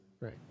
Right